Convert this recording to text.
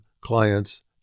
clients